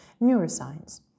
neuroscience